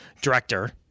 director